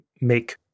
make